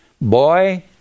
boy